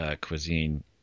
Cuisine